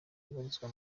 ibarizwa